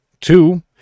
Two